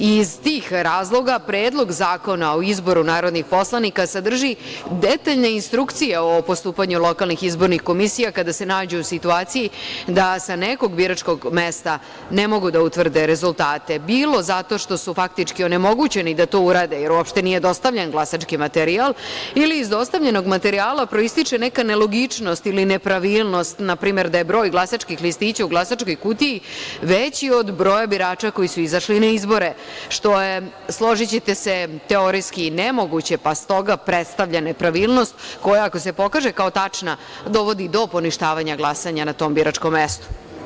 I iz tih razloga Predlog zakona o izboru narodnih poslanika sadrži detaljne instrukcije o postupanju lokalnih izbornih komisija kada se nađu u situaciji da sa nekog biračkog mesta ne mogu da utvrde rezultate, bilo zato što su faktički onemogućeni da to urade, jer uopšte nije dostavljen glasački materijal ili iz dostavljenog materijala proističe neka nelogičnost ili nepravilnost,, na primer da je broj glasačkih listića u glasačkoj kutiji veći od broja birača koji su izašli na izbore, što je, složićete se, teorijski nemoguće, pa s toga predstavlja nepravilnost koja ako se pokaže kao tačna dovodi do poništavanja glasanja na tom biračkom mestu.